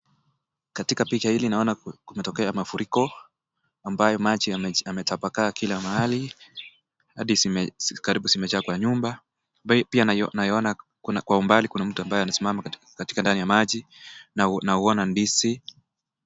Katika picha hili naona kumetokea mafuriko ambayo maji yametapakaa kila mahali hadi zimejaa kwa nyumba pia naiona kwa mbali kuna mtu alisimama katika ndani ya maji. Nauona ndizi.